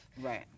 Right